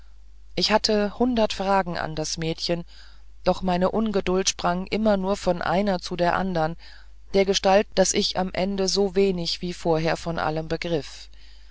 ich hatte hundert fragen an das mädchen doch meine ungeduld sprang immer nur von einer zu der andern dergestalt daß ich am ende sowenig wie vorher von allem begriff